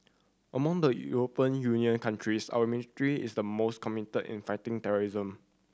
among the European Union countries our military is the most committed in fighting terrorism